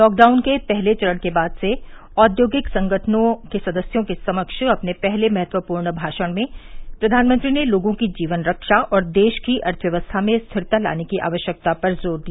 lockdown के पहले चरण के बाद से औद्योगिक संगठनों के सदस्यों के समक्ष अपने पहले महत्वपूर्ण भाषण में प्रधानमंत्री ने लोगों की जीवन रक्षा और देश की अर्थव्यवस्था में स्थिरता लाने की आवश्यकता पर जोर दिया